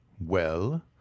Well